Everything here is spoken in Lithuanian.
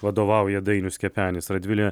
vadovauja dainius kepenis radvilė